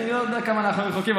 אני לא יודע כמה אנחנו רחוקים.